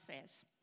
says